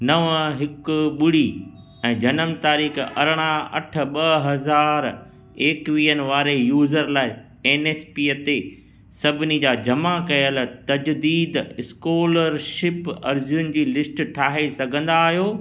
नवं हिकु ॿुड़ी ऐं जनम तारीख़ु अरिड़हं अठ ॿ हज़ार एकवीहनि वारे यूज़र लाइ एन एस पीअ ते सभिनी जा जमा कयल तजिदीदु स्कॉलरशिप अर्ज़ियुनि जी लिस्ट ठाहे सघंदा आहियो